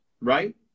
right